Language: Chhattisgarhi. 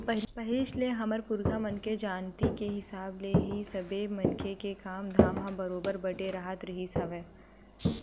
पहिलीच ले हमर पुरखा मन के जानती के हिसाब ले ही सबे मनखे के काम धाम ह बरोबर बटे राहत रिहिस हवय